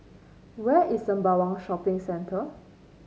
where is Sembawang Shopping Centre